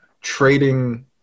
trading